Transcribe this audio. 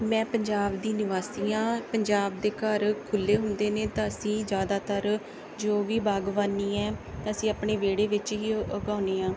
ਮੈਂ ਪੰਜਾਬ ਦੀ ਨਿਵਾਸੀ ਆ ਪੰਜਾਬ ਦੇ ਘਰ ਖੁੱਲ੍ਹੇ ਹੁੰਦੇ ਨੇ ਤਾਂ ਅਸੀਂ ਜ਼ਿਆਦਾਤਰ ਜੋ ਵੀ ਬਾਗਬਾਨੀ ਹੈ ਅਸੀਂ ਆਪਣੇ ਵਿਹੜੇ ਵਿੱਚ ਹੀ ਉਗਾਉਂਦੇ ਹਾਂ